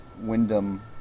Wyndham